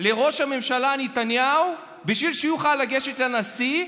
לראש הממשלה נתניהו בשביל שהוא יוכל לגשת לנשיא,